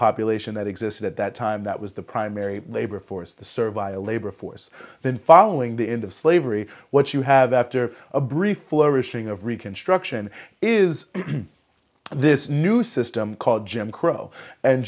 population that existed at that time that was the primary labor force the service labor force then following the end of slavery what you have after a brief flourishing of reconstruction is this new system called jim crow and